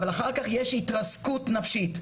אבל אחר כך יש התרסקות נפשית.